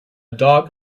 dog